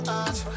out